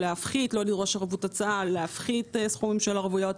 להפחית סכומים של ערבויות.